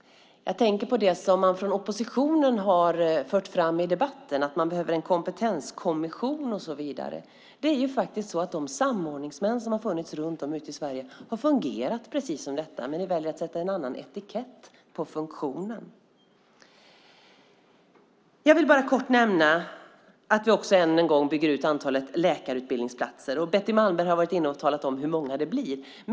Jag tänker på det som man från oppositionen har fört fram i debatten, att man behöver en kompetenskommission och så vidare. Det är faktiskt så att de samordningsmän som har funnits runt om i Sverige har fungerat precis på det sättet, men vi väljer att sätta en annan etikett på funktionen. Jag vill bara kort nämna att vi än en gång bygger ut antalet läkarutbildningsplatser. Betty Malmberg har talat om hur många det blir.